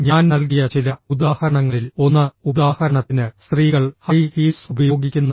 ഞാൻ നൽകിയ ചില ഉദാഹരണങ്ങളിൽ ഒന്ന് ഉദാഹരണത്തിന് സ്ത്രീകൾ ഹൈ ഹീൽസ് ഉപയോഗിക്കുന്നത്